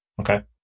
Okay